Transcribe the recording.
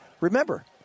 remember